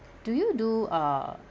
do you do uh